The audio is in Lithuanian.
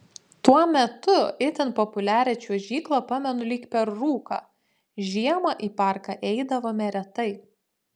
tuo metu itin populiarią čiuožyklą pamenu lyg per rūką žiemą į parką eidavome retai